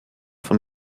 von